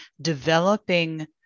developing